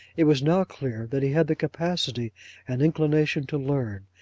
it was now clear that he had the capacity and inclination to learn,